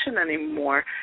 anymore